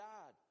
God